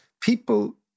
people